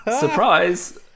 Surprise